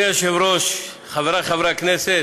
אדוני היושב-ראש, חבריי חברי הכנסת,